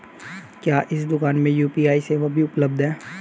क्या इस दूकान में यू.पी.आई सेवा भी उपलब्ध है?